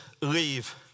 leave